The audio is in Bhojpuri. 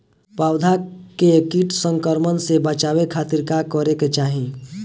पौधा के कीट संक्रमण से बचावे खातिर का करे के चाहीं?